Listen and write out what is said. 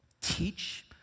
teach